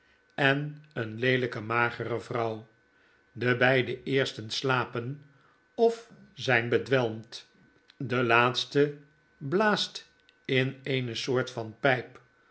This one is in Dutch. en een leelijke magere vrouw de beide eersten slapen of zyn bedwelmd de laatste blaast in eene soort van pyp